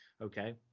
Okay